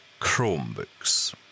Chromebooks